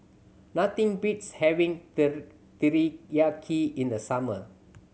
nothing beats having Teriyaki in the summer